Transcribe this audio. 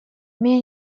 меня